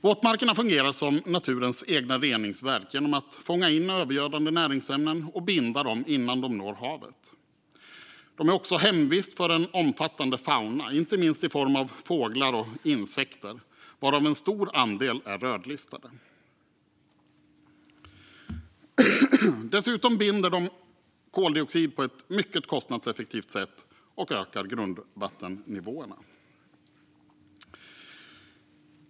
Våtmarkerna fungerar som naturens egna reningsverk genom att fånga in övergödande näringsämnen och binda dem innan de når havet. De är också hemvist för en omfattande fauna, inte minst i form av fåglar och insekter - varav en stor andel är rödlistade. Dessutom binder de koldioxid på ett mycket kostnadseffektivt sätt och ökar grundvattennivåerna.